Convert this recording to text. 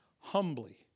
humbly